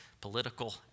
political